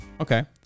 okay